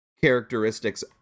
characteristics